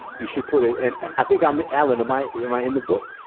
you should put it in. i think i'm elena my my in the book.